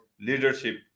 leadership